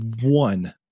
one